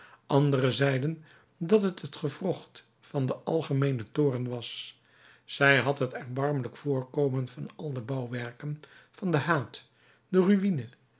anderen zeiden dat het het gewrocht van den algemeenen toorn was zij had het erbarmelijk voorkomen van al de bouwwerken van den haat de ruïne